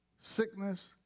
sickness